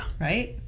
Right